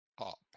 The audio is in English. up